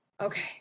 Okay